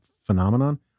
phenomenon